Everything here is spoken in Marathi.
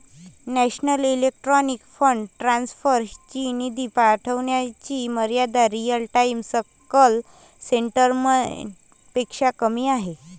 नॅशनल इलेक्ट्रॉनिक फंड ट्रान्सफर ची निधी पाठविण्याची मर्यादा रिअल टाइम सकल सेटलमेंट पेक्षा कमी आहे